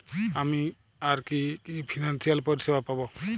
আমি আর কি কি ফিনান্সসিয়াল পরিষেবা পাব?